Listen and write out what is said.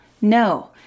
No